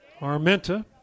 Armenta